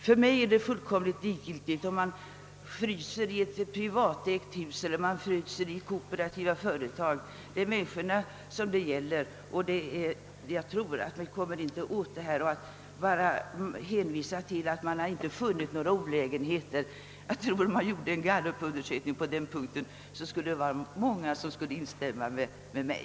För mig är det fullkomligt likgiltigt om man fryser i ett privatägt hus eller i ett kooperativt. Det är människorna det gäller, och jag tror inte att vi kommer åt detta problem bara genom att hänvisa till att man inte funnit några olägenheter. Om man gjorde en gallupundersökning i denna fråga, tror jag att många skulle instämma med mig.